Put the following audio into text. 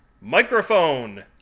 Microphone